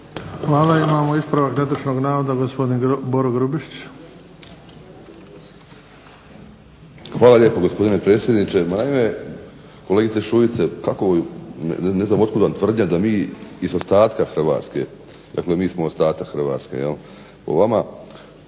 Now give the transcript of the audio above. Hvala. Imamo ispravak netočnog navoda, gospodin Boro Grubišić. **Grubišić, Boro (HDSSB)** Hvala lijepo gospodine predsjedniče. Ma naime kolegice Šuice, kako vam, ne znam otkud vam tvrdnja da mi iz ostatka Hrvatske, dakle mi smo ostatak Hrvatske jel po vama,